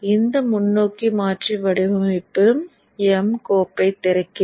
இந்த முன்னோக்கி மாற்றி வடிவமைப்பு m கோப்பைத் திறக்கிறேன்